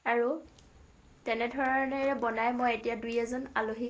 আৰু তেনেধৰণেৰে বনাই মই এতিয়া দুই এজন আলহীক